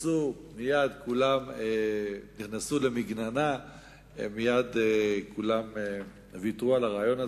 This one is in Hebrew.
כווצו ומייד כולם נכנסו למגננה ומייד כולם ויתרו על הרעיון הזה.